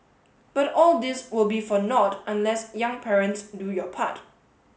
but all this will be for nought unless young parents do your part